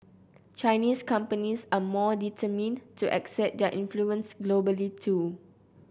Chinese companies are more determined to exert their influence globally too